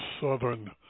southern